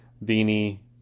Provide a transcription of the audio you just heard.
Vini